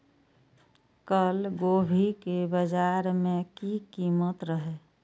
कल गोभी के बाजार में की कीमत रहे?